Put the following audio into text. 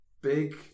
big